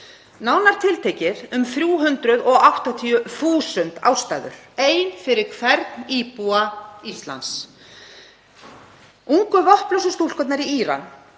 nánar tiltekið um 380.000 ástæður, ein fyrir hvern íbúa Íslands. Ungu vopnlausu stúlkurnar í Íran